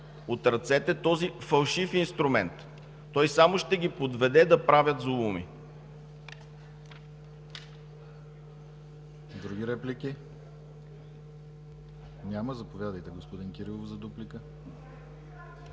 от ръцете им този фалшив инструмент. Той само ще ги подведе да правят зулуми.